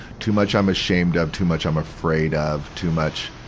too much i'm ashamed of, too much i'm afraid of, too much,